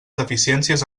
deficiències